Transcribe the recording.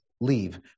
leave